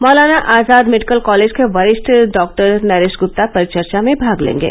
मौलाना Azad medical college के वरिष्ठ doctor Naresh Gupta परिचर्चा में भाग लेंगे